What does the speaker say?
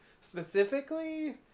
specifically